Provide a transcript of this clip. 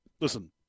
Listen